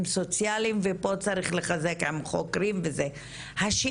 סוציאליים ופה צריך לחזק עם חוקרים וכן הלאה,